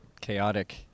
chaotic